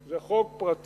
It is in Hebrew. זה חוק פרטי